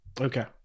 Okay